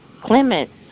Clements